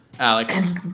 Alex